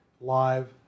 live